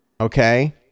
okay